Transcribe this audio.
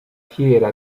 fiera